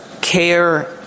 care